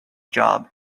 job